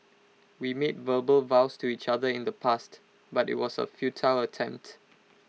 we made verbal vows to each other in the past but IT was A futile attempt